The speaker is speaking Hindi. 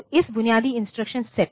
तो इस बुनियादी इंस्ट्रक्शन सेट